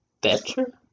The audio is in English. better